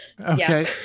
Okay